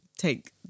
Take